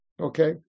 Okay